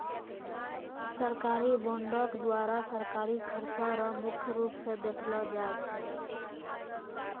सरकारी बॉंडों के द्वारा सरकारी खर्चा रो मुख्य रूप स देखलो जाय छै